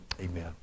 amen